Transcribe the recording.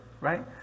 right